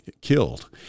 killed